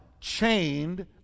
chained